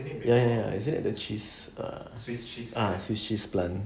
ya ya ya isn't that the cheese err ah swiss cheese plant